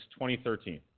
2013